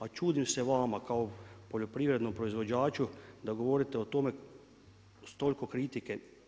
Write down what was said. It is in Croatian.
A čudim se vama kao poljoprivrednom proizvođaču da govorite o s toliko kritike.